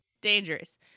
dangerous